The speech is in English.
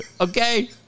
okay